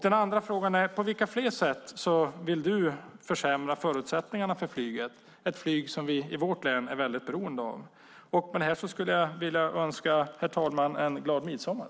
Den andra frågan är: På vilka fler sätt vill du försämra förutsättningarna för flyget, ett flyg som vi i vårt län är väldigt beroende av? Med detta skulle jag vilja, herr talman, önska en glad midsommar.